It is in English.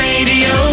Radio